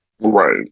right